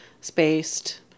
spaced